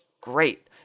great